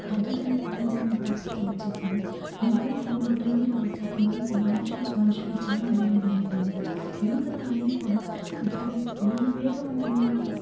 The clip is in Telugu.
పద్ధతులను పాటించలేని పరిస్థితి వచ్చేసింది మొబైల్ ఫోన్లు టీవీలు వచ్చాక మరియు మనుషులు మనుషులకి చాలా దూరం పెరిగిపోయింది యువతరాలు అన్ని కూడ ఇప్పుడు ఈ వేగవంతమైన